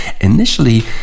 initially